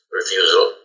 refusal